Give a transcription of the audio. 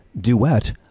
Duet